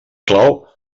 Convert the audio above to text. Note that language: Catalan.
clau